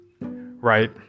Right